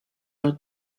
your